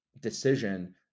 decision